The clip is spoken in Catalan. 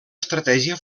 estratègia